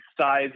size